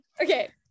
Okay